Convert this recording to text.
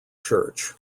church